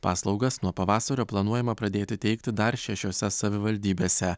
paslaugas nuo pavasario planuojama pradėti teikti dar šešiose savivaldybėse